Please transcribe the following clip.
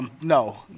No